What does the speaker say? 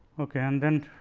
ok. and then